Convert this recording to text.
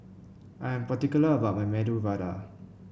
I'm particular about my Medu Vada